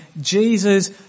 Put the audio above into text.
Jesus